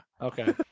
Okay